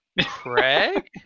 Craig